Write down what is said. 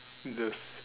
the